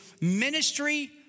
ministry